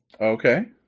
Okay